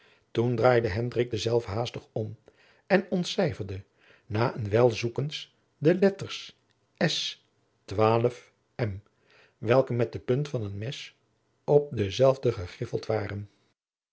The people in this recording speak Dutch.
denzelven haastig om en ontcijferde na een wijl zoekens de letters welke met de punt van een mes op denzelven gegriffeld waren